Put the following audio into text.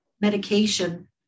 Medication